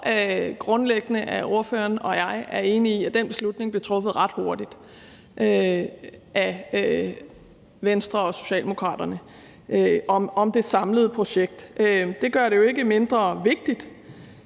grundlæggende, at ordføreren og jeg er enige om, at den beslutning blev truffet ret hurtigt af Venstre og Socialdemokraterne, altså om det samlede projekt. Det gør det jo ikke mindre vigtigt.